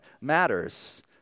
matters